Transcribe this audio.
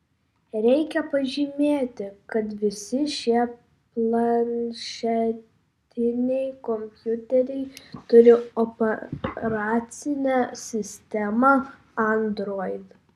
reikia pažymėti kad visi šie planšetiniai kompiuteriai turi operacinę sistemą android